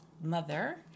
mother